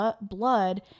blood